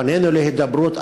פנינו להידברות,